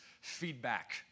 feedback